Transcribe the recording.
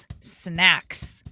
Snacks